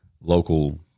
local